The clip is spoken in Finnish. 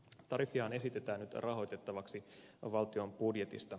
tariffiahan esitetään nyt rahoitettavaksi valtion budjetista